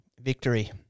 Victory